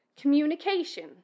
communication